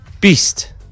Beast